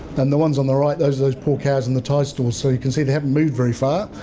and the ones on the right those those poor cows in the tie-stalls, so you can see they haven't moved very far.